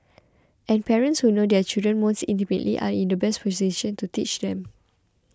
and parents who know their children most intimately are in the best position to teach them